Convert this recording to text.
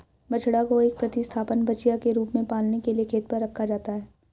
बछड़ा को एक प्रतिस्थापन बछिया के रूप में पालने के लिए खेत पर रखा जाता है